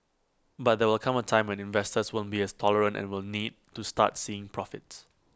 but there will come A time when investors won't be as tolerant and will need to start seeing profits